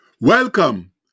Welcome